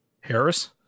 Harris